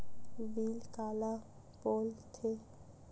Bill काला बोल थे?